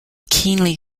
keenly